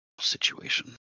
situation